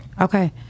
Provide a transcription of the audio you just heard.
Okay